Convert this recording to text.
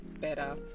better